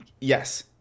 Yes